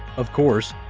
of course,